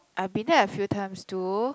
I've been there a few times too